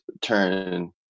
turn